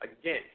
Again